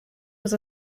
was